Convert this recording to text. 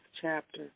chapter